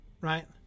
right